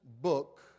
book